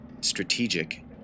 Strategic